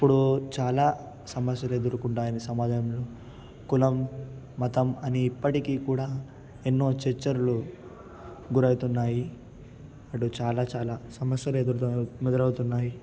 ఇప్పుడు చాలా సమస్యలు ఎదుర్కొంటాయని సమాజంలో కులం మతం అని ఇప్పటికీ కూడా ఎన్నో చర్చలు గురవుతున్నాయి అటు చాలా చాలా సమస్యలు ఎదురు ఎదురు అవుతున్నాయి